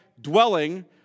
dwelling